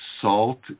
salt